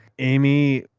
amy,